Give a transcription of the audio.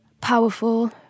powerful